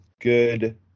good